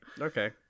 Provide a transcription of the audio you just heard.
Okay